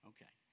Okay